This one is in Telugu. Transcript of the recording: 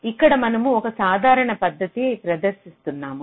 ఇక్కడ మనము ఒక సాధారణ పద్ధతి ప్రదర్శిస్తున్నాము